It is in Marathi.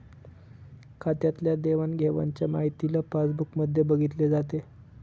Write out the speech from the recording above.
खात्यातल्या देवाणघेवाणच्या माहितीला पासबुक मध्ये बघितले जाते